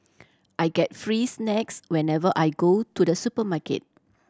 I get free snacks whenever I go to the supermarket